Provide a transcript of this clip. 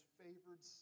favored